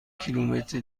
کیلومتر